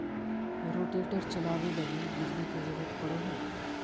rotator चलावे लगी बिजली के जरूरत पड़ो हय